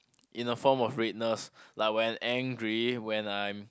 in a form of redness like when I'm angry when I